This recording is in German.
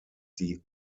die